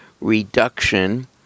reduction